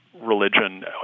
religion